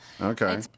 Okay